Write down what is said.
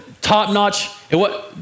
top-notch